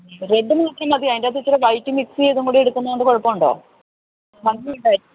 red നോക്കിയാൽ മതിയോ അതിൻ്റെ അകത്തു കുറച്ച് വൈറ്റ് മിക്സ് ചെയ്തതുംകൂടി എടുക്കുന്നതുകൊണ്ട് കുഴപ്പമുണ്ടോ ഭംഗിയുണ്ടായിരിക്കും